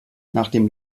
nachdem